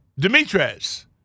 Dimitres